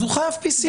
אז הוא חייב PCR,